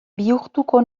bihurtuko